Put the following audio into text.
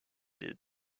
des